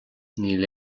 níl